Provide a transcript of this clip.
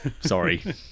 sorry